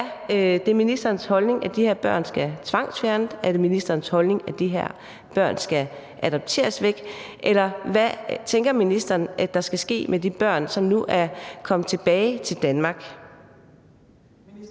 Er det ministerens holdning, at de her børn skal tvangsfjernes? Er det ministerens holdning, at de her børn skal adopteres væk? Eller hvad tænker ministeren der skal ske med de børn, som nu er kommet tilbage til Danmark?